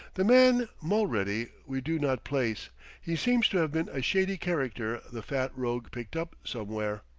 the man mulready we do not place he seems to have been a shady character the fat rogue picked up somewhere.